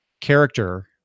character